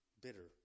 bitter